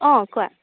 অঁ কোৱা